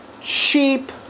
cheap